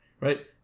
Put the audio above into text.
right